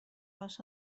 راست